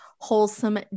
wholesome